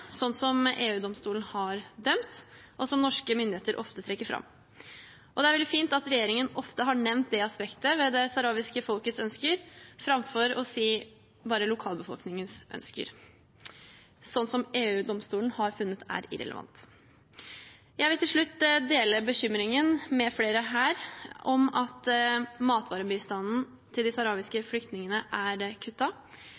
har dømt, noe norske myndigheter ofte trekker fram. Det er veldig fint at regjeringen ofte har nevnt det aspektet ved det saharawiske folkets ønsker, framfor å si bare lokalbefolkningens ønsker, som EU-domstolen har funnet er irrelevant. Jeg vil til slutt dele bekymringen med flere her over at matvarebistanden til de